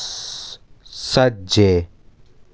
सज्जे